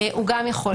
הוא גם יכול